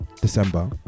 December